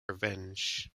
revenge